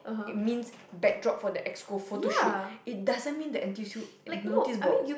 it means backdrop for the exco photo shoot it doesn't mean the N_T_U_S_U noticeboards